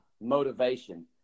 motivation